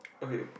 okay